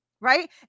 right